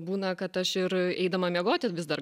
būna kad aš ir eidama miegoti vis dar